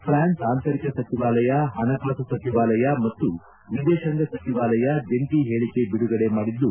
France ಅಂತರಿಕ ಸಚಿವಾಲಯ ಹಣಕಾಸು ಸಚಿವಾಲಯ ಮತ್ತು ವಿದೇಶಾಂಗ ಸಚಿವಾಲಯ ಜಂಟಿ ಹೇಳಿಕೆ ಬಿಡುಗಡೆ ಮಾಡಿದ್ದು